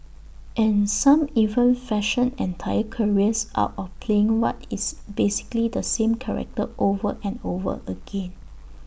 and some even fashion entire careers out of playing what is basically the same character over and over again